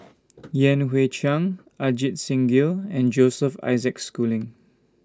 Yan Hui Chang Ajit Singh Gill and Joseph Isaac Schooling